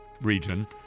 region